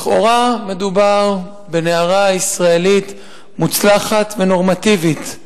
לכאורה, מדובר בנערה ישראלית מוצלחת ונורמטיבית,